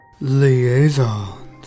Liaisons